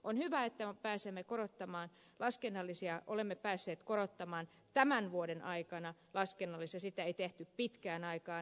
on hyvä että olemme päässeet korottamaan tämän vuoden aikana laskennallisia korvauksia sitä ei tehty pitkään aikaan ed